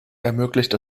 ermöglicht